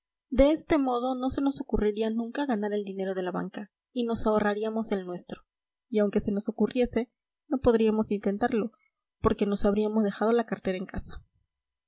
de este modo no se nos ocurriría nunca ganar el dinero de la banca y nos ahorraríamos el nuestro y aunque se nos ocurriese no podríamos intentarlo porque nos habríamos dejado la cartera en casa